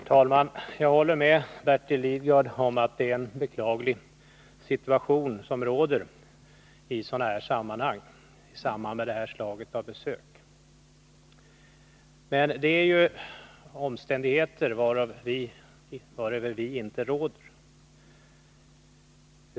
Herr talman! Jag håller med Bertil Lidgard om att det är en beklaglig situation som råder i samband med det här slaget av besök. Men det är omständigheter varöver vi inte råder.